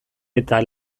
eta